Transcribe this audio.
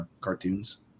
cartoons